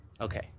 Okay